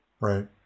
Right